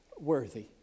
worthy